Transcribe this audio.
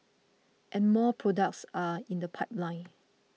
and more products are in the pipeline